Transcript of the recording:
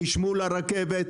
חשמול הרכבת,